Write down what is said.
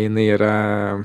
jinai yra